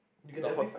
the hot